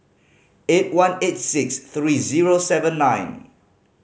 eight one eight six three zero seven nine